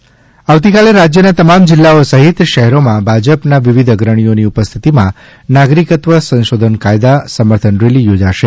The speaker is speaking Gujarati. ભાજપ રેલી આવતીકાલે રાજ્યના તમામ જીલ્લાઓ સહિત શહેરોમાં ભાજપના વિવિધ અગ્રણીઓની ઉપસ્થિતિમાં નાગરિકતા સંશોધન કાયદા સમર્થન રેલી યોજાશે